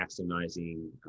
maximizing